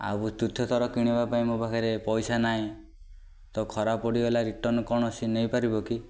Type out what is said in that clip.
ଆଉ ତୃତୀୟ ଥର କିଣିବା ପାଇଁ ମୋ ପାଖରେ ପଇସା ନାହିଁ ତ ଖରାପ ପଡ଼ିଗଲା ରିଟର୍ନ କୌଣସି ନେଇପାରିବ କି